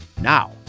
Now